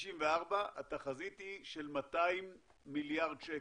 2064 התחזית היא של 200 מיליארד שקל.